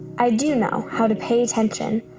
i do know how to pay attention,